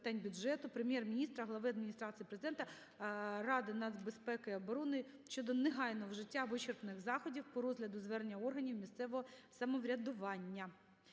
Прем'єр-міністра, Глави Адміністрації Президента, Ради нацбезпеки і оборони щодо негайного вжиття вичерпних заходів по розгляду звернення органів місцевого самоврядування.